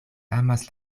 amas